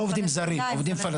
לא עובדים זרים, עובדים פלסטינים.